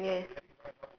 mm yes